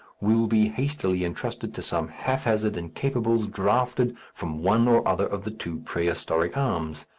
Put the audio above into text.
will be hastily entrusted to some haphazard incapables drafted from one or other of the two prehistoric arms.